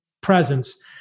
presence